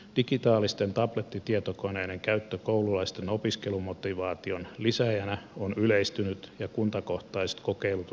digitaalisten tablettitietokoneiden käyttö koululaisten opiskelumotivaation lisääjänä on yleistynyt ja kuntakohtaiset kokeilut on aloitettu